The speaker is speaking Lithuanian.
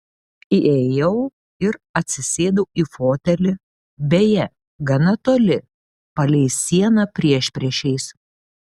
įėjau ir atsisėdau į fotelį beje gana toli palei sieną priešpriešiais